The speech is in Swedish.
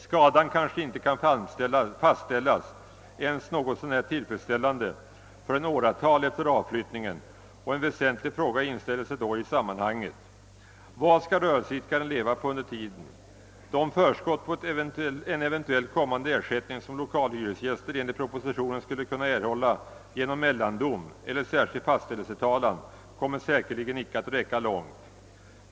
Skadan kanske icke kan fastställas ens något så när tillfredsställande förrän åratal efter avflyttningen, och en väsentlig fråga inställer sig då i sammanhanget: Vad skall rörelseidkaren leva på under tiden? De förskott på en eventuellt kommande ersättning som lokalhyresgäster enligt propositionen skulle kunna erhålla genom mellandom eller särskild fastställelsetalan kommer säkerligen icke att räcka långt.